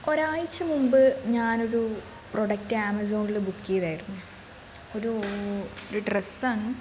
ഒരാഴ്ച മുമ്പ് ഞാനൊരു പ്രൊഡക്ട് ആമസോണിൽ ബുക്ക് ചെയ്തായിരുന്നു ഒരു ഒരു ഡ്രസ്സാണ്